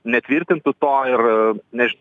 netvirtintų to ir než